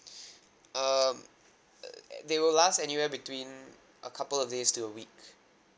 um they will anywhere between a couple of days to a week